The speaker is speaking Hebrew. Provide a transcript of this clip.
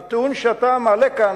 התיאורים שאתה מעלה כאן,